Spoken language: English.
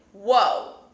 whoa